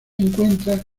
encuentra